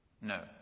No